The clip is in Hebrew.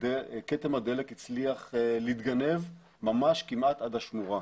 כתם הדלק הצליח להתגנב ממש כמעט עד השמורה.